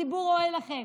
הציבור רואה לכם.